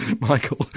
Michael